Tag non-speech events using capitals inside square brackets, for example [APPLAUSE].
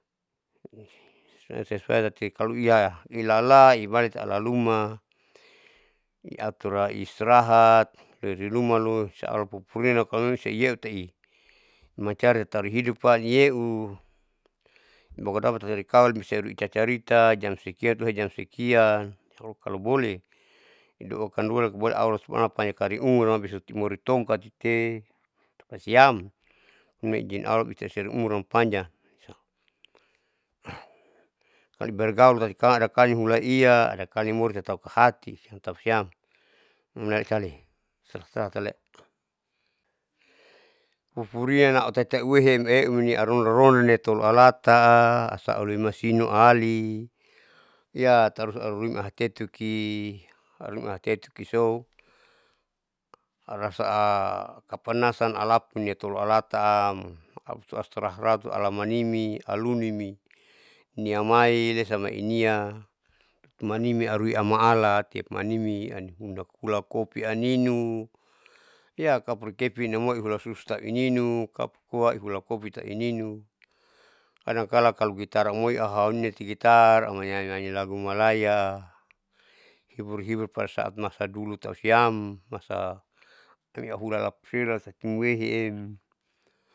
sosona sesuai tati ia ilala ibalik tahu laluma [HESITATION] iatura istrahat loilirumalo insya allah kalo pupurina kalomemang iseutei mancari tauri hidupan yeu, bakudapa tatirikawan usilea icarita carita jamsekian le jamsekian kaloboleh duakan ruan kaloboleh allah subahana wataala panjang kariumuram bisati umoritongkai ite tapasiam, memang ijin allah bisa iseumuram panjang [NOISE] manibergaul tapikan adakala tahu hulai ia adakala nimorin tatau kahati tapasiam umulai cale taistirahat iyale, pupurinanam autaitai uweu hem euniaropu ronda ronda metolu alapa aunumasin ali yaa tarus auruirui mata tetuki ahuluin matetukiso arasaa kapanasan alapunia tolo alata am austrahat strahat alamanimi alunimi niamai lesa inian, imanimi auruirui amalan tiamanimi aninpulakopi aninu, yakapurikepin amoi hulasutat ininu kapukoa ihula kobi tauininu kadang kala kalo itaramoi auhininatigitar aumanyanyi manyanyi lagu malaya hibur hibur padasaat dulu tausiam masa tiniahula lauselati nuheiem.